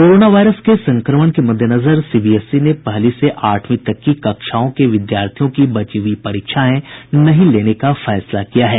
corona virus के संक्रमण के मद्देनजर सीबीएसई ने पहली से आठवीं तक की कक्षाओं के विद्यार्थियों की बची हुई परीक्षाएं नहीं लेने का फैसला किया है